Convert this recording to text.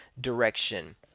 direction